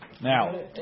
now